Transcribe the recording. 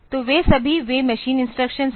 तो वे सभी वे मशीन इंस्ट्रक्शंस हैं